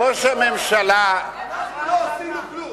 אנחנו לא עשינו כלום.